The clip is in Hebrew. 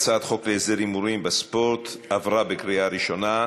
הצעת חוק להסדר ההימורים (תיקון מס' 8) בספורט התקבלה בקריאה ראשונה.